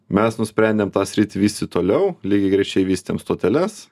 mes nusprendėm tą sritį vystyt toliau lygiagrečiai vystėm stoteles